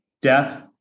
death